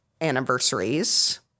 anniversaries